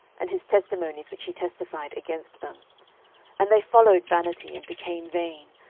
and his testimonies which he testified against them and they followed vanity, and became vain,